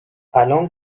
الان